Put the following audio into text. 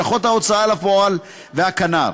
לשכות ההוצאה לפועל והכנ"ר,